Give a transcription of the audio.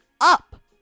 up